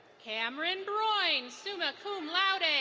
cameron broyn, summa cum laude.